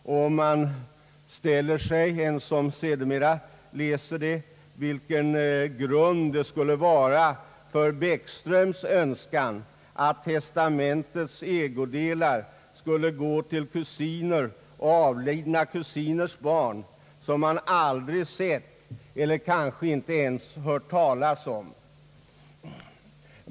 Den som sedermera läser testamentet ställer sig frågan, vilken grund det skulle vara för Bäckströms önskan att testamentets ägodelar skulle gå till kusiner och avlidna kusiners barn, som han aldrig sett eller kanske ens hört talas om.